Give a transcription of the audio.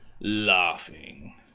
laughing